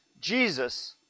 Jesus